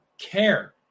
care